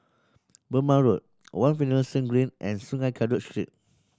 Burmah Road One Finlayson Green and Sungei Kadut Street